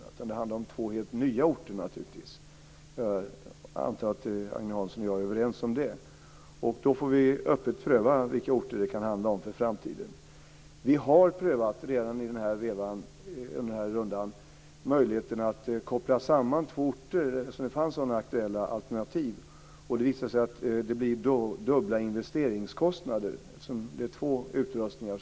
Då handlar det naturligtvis om två nya orter. Jag antar att Agne Hansson och jag är överens om det. Då får vi öppet pröva vilka orter det kan handla om för framtiden. Vi har redan prövat under denna runda möjligheterna att koppla samman två orter eftersom det fanns sådana aktuella alternativ. Det visade sig då att det blir dubbla investeringskostnader, för två utrustningar.